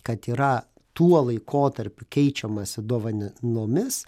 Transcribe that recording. kad yra tuo laikotarpiu keičiamasi dovanomis